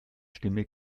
stimme